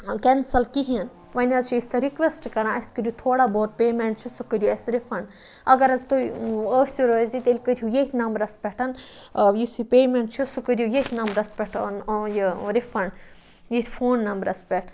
cancel کِہیٖنۍ وۄنۍ حظ چھِ أسۍ تۄہہِ رِکوٮ۪سٹہٕ کَران اَسہِ کٔرِو تھوڑا بہت پیمٮ۪نٛٹ چھِ سُہ کٔرِو اَسہِ رِفنٛڈ اگر حظ تُہۍ ٲسِو روزِ تیٚلہِ کٔرۍہِو ییٚتھۍ نمبرَس پٮ۪ٹھ یُس یہِ پیمٮ۪نٛٹ چھِ سُہ کٔرِو ییٚتھۍ نمبرَس پٮ۪ٹھ یہِ رِفنٛڈ ییٚتھۍ فون نمبرَس پٮ۪ٹھ